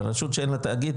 אבל רשות שאין לה תאגיד,